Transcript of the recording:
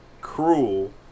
cruel